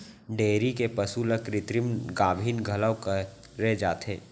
dairy के पसु ल कृत्रिम गाभिन घलौ करे जाथे